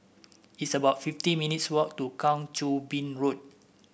it's about fifty minutes' walk to Kang Choo Bin Road